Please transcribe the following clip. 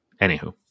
Anywho